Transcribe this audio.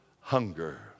hunger